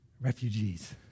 refugees